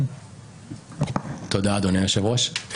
תודה, אדוני היושב-ראש.